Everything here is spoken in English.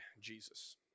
Jesus